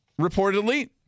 reportedly